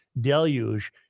deluge